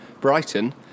Brighton